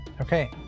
Okay